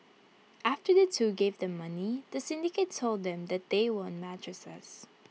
after the two gave the money the syndicate told them that they won mattresses